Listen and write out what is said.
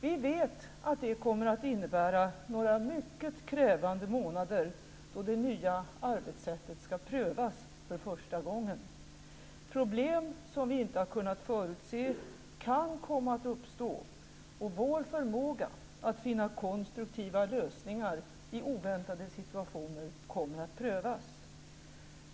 Vi vet att det kommer att innebära några mycket krävande månader, då det nya arbetssättet skall prövas för första gången. Problem som vi inte har kunnat förutse kan komma att uppstå och vår förmåga att finna konstruktiva lösningar i oväntade situationer kommer att prövas.